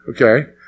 okay